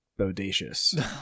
bodacious